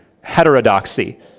heterodoxy